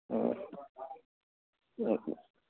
ꯎꯝ ꯎꯝ